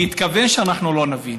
כי הוא התכוון שאנחנו לא נבין.